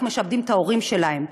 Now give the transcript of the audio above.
אנחנו משעבדים את ההורים שלהם.